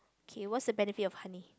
okay what's the benefit of honey